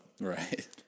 right